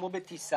הבן שלי,